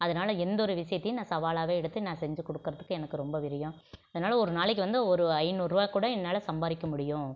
அதனால எந்த ஒரு விஷயத்தையும் நான் சவாலாகவே எடுத்து நான் செஞ்சு கொடுக்கறதுக்கு எனக்கு ரொம்ப விரியம் அதனால ஒரு நாளைக்கு வந்து ஒரு ஐந்நூறுரூவா கூட என்னால் சம்பாரிக்க முடியும்